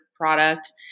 product